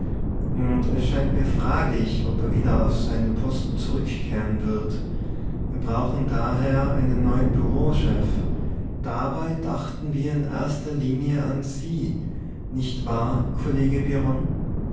und es scheint mir fraglich ob er wieder auf seinen posten zurückkehren wird wir brauchen daher einen neuen bureauchef dabei dachten wir in erster linie an sie nicht wahr kollege